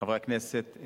חברי הכנסת,